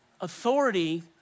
authority